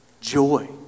Joy